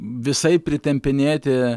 visaip pritempinėti